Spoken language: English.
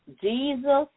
Jesus